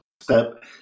Step